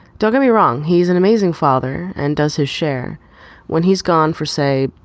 don't get me wrong. he's an amazing father and does his share when he's gone for, say,